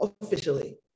officially